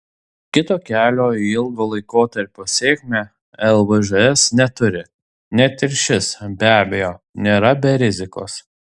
kito kelio į ilgo laikotarpio sėkmę lvžs neturi net ir šis be abejo nėra be rizikos